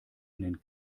ihnen